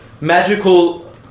magical